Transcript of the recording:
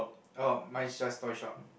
orh mine is just toy shop